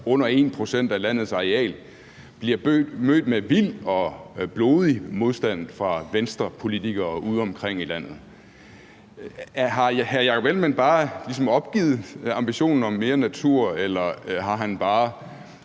under 1 pct. af landets areal, bliver mødt med vild og blodig modstand fra Venstrepolitikere udeomkring i landet. Har hr. Jakob Ellemann-Jensen ligesom bare opgivet ambitionen om mere natur, eller har han bare